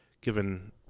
given